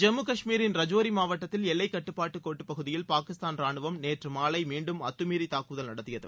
ஜம்மு காஷ்மீரின் ரஜோரி மாவட்டத்தில் எல்லைக்கட்டுப்பாட்டு கோட்டுப்பகுதியில் பாகிஸ்தான் ரானுவம் நேற்று மாலை மீண்டும் அத்துமீறி தாக்குதல் நடத்தியது